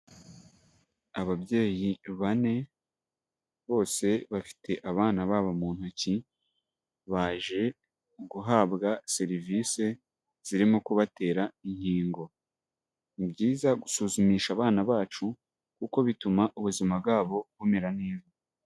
Ababyeyi bane bose bafite abana babo mu ntoki baje guhabwa serivisi zirimo kubatera inkingo, ni byiza gusuzumisha abana bacu kuko bituma ubuzima bwabo bumera neza.